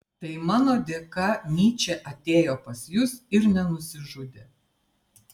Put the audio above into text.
tai mano dėka nyčė atėjo pas jus ir nenusižudė